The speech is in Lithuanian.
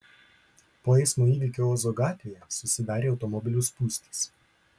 po eismo įvykio ozo gatvėje susidarė automobilių spūstys